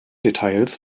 details